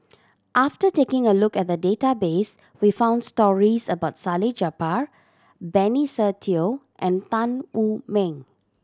after taking a look at the database we found stories about Salleh Japar Benny Se Teo and Tan Wu Meng